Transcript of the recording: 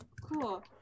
Cool